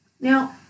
Now